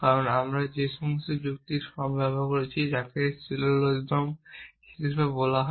কারণ আমি যে যুক্তির ফর্মটি ব্যবহার করছি যাকে সিলোজিজম হিসাবে বলা হয়